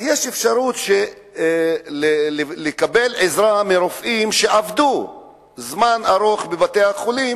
אז יש אפשרות לקבל עזרה מרופאים שעבדו זמן ארוך בבתי-החולים